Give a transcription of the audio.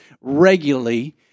regularly